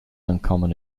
uncommon